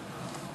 חמישה חברים בעד.